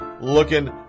looking